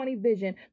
vision